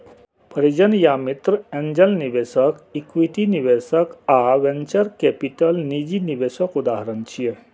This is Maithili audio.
परिजन या मित्र, एंजेल निवेशक, इक्विटी निवेशक आ वेंचर कैपिटल निजी निवेशक उदाहरण छियै